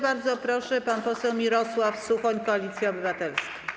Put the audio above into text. Bardzo proszę, pan poseł Mirosław Suchoń, Koalicja Obywatelska.